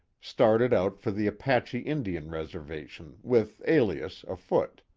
started out for the apache indian reservation, with alias, afoot.